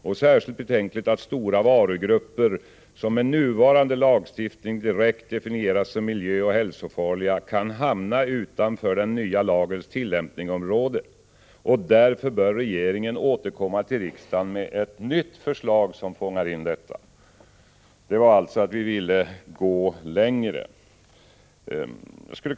Det är särskilt betänkligt att stora varugrupper, som med nuvarande lagstiftning direkt definieras som miljöoch hälsofarliga, kan hamna utanför den nya lagens tillämpningsområde. Därför bör regeringen återkomma till riksdagen med ett nytt förslag som fångar in detta. Vi ville alltså gå längre.